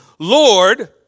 Lord